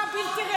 זה, דוידסון.